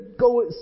go